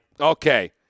okay